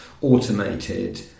automated